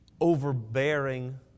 overbearing